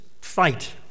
fight